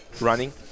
running